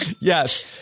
Yes